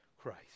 Christ